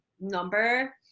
number